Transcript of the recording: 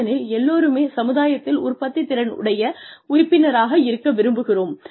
ஏனெனில் எல்லாருமே சமுதாயத்தில் உற்பத்தித்திறன் உடைய உறுப்பினராக இருக்க விரும்புகிறோம்